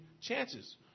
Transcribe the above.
chances